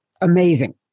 Amazing